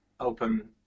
open